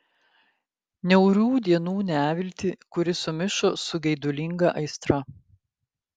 niaurių dienų neviltį kuri sumišo su geidulinga aistra